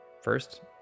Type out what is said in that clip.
First